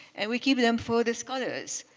and we keep them for the scholars,